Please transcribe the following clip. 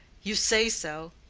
you say so.